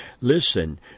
Listen